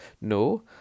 No